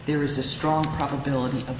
there is a strong probability